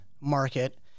market